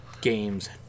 games